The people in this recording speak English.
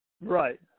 Right